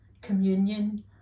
communion